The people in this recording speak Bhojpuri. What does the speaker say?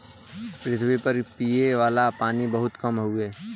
पृथवी पर पिए वाला पानी बहुत कम हउवे